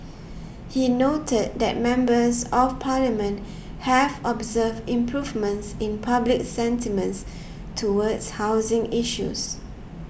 he noted that Members of Parliament have observed improvements in public sentiments towards housing issues